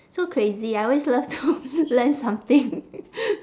so crazy I always love to learn something